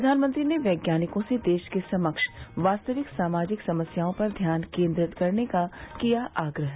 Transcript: प्रधानमंत्री ने वैज्ञानिकों से देश के समक्ष वास्तविक सामाजिक समस्याओं पर ध्यान केन्द्रित करने का किया आग्रह